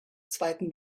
zweiten